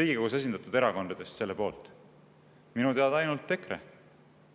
Riigikogus esindatud erakondadest selle poolt? Minu teada ainult EKRE.